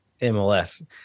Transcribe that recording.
MLS